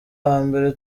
hambere